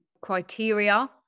criteria